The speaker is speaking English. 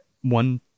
one